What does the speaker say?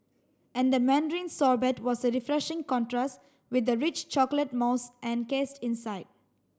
and the mandarin sorbet was a refreshing contrast with the rich chocolate mousse encased inside